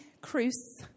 Cruz